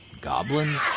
Goblins